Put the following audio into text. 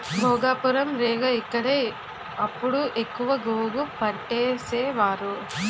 భోగాపురం, రేగ ఇక్కడే అప్పుడు ఎక్కువ గోగు పంటేసేవారు